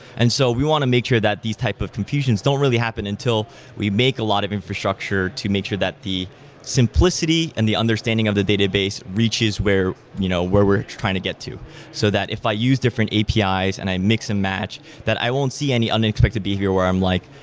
and so we want to make sure that these type of confusions don't really happen until we make a lot of infrastructure to make sure that the simplicity and the understanding of the database reaches where you know where we're trying to get to so that if i use different apis and i mix-and-match that i won't see any unexpected behavior where i'm like,